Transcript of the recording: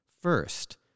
First